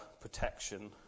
protection